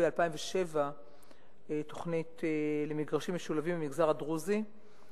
ב-2007 תוכנית למגרשים משולבים למגזר הדרוזי,